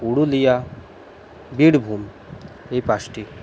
পুরুলিয়া বীরভূম এই পাঁচটি